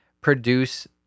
produce